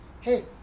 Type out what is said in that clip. Hey